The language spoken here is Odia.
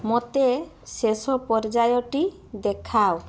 ମୋତେ ଶେଷ ପର୍ଯ୍ୟାୟଟି ଦେଖାଅ